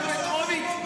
--- ראש הקואליציה.